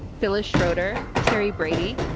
phyllis schroeder, terry brady,